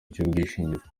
cy’ubwishingizi